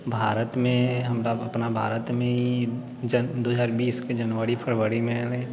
भारतमे हमरा अपना भारतमे ई दुइ हजार बीसके जनवरी फरवरीमे अएलै